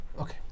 okay